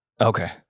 Okay